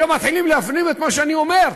היום מתחילים להפנים את מה שאני אומר.